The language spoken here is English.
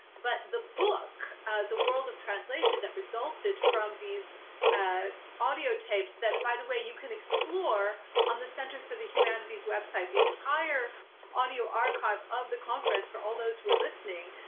but the book the world of translation, that resulted from these ah audio tapes that by the way you can explore on the center for the humanities website. the entire audio archive of the conference for all those who are listening,